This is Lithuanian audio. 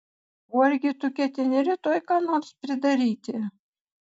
o argi tu ketini rytoj ką nors pridaryti